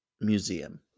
museum